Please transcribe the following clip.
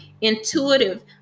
intuitive